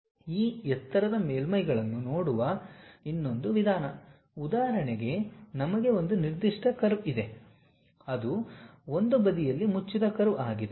ಈ ಎತ್ತರದ ಮೇಲ್ಮೈಗಳನ್ನು ನೋಡುವ ಇನ್ನೊಂದು ವಿಧಾನ ಉದಾಹರಣೆಗೆ ನಮಗೆ ಒಂದು ನಿರ್ದಿಷ್ಟ ಕರ್ವ್ ಇದೆ ಅದು ಒಂದು ಬದಿಯಲ್ಲಿ ಮುಚ್ಚಿದ ಕರ್ವ್ ಆಗಿದೆ